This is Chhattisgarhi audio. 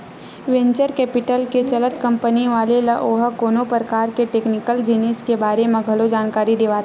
वेंचर कैपिटल के चलत कंपनी वाले ल ओहा कोनो परकार के टेक्निकल जिनिस के बारे म घलो जानकारी देवाथे